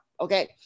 Okay